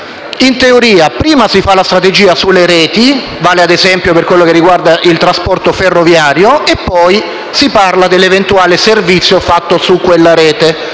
in teoria, prima si fa la strategia sulle reti - vale come esempio per quel che riguarda il trasporto ferroviario - e poi si parla dell'eventuale servizio fatto su quella rete: